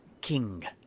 king